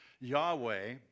Yahweh